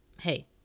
hey